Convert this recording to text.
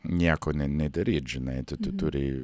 nieko ne nedaryt žinai tu tu turi